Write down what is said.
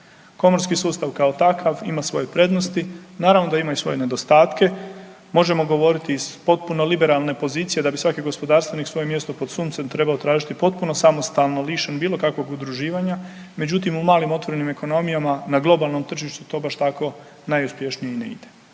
Komorski sustav kao takav ima svoje prednosti, naravno da ima i svoje nedostatke. Možemo govoriti iz potpuno liberalne pozicije da bi svaki gospodarstvenik svoje mjesto pod suncem trebao tražiti potpuno samostalno liše bilo kakvog udruživanja. Međutim u malim otvorenim ekonomijama na globalnom tržištu to baš tako najuspješnije i ne ide.